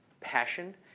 passion